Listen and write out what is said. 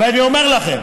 ואני אומר לכם,